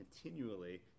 continually